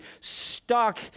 stuck